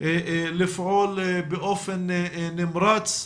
לפעול באופן נמרץ,